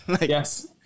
Yes